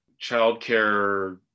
childcare